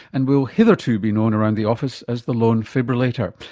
and will hitherto be known around the office as the lone fibrillator.